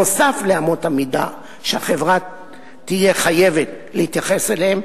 נוסף על אמות המידה שהחברה תהיה חייבת להתייחס אליהן,